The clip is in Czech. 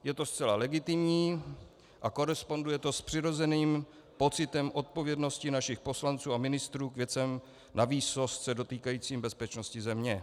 Je to zcela legitimní a koresponduje s přirozeným pocitem odpovědnosti našich poslanců a ministrů k věcem navýsost se dotýkajícím bezpečnosti země.